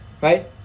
Right